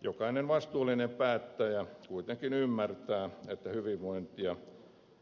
jokainen vastuullinen päättäjä kuitenkin ymmärtää että hyvinvointia